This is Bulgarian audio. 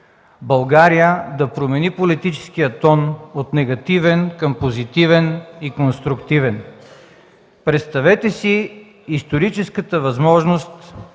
България да промени политическия тон от негативен към позитивен и конструктивен. Представете си историческата възможност